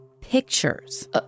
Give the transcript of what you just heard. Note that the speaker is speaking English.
pictures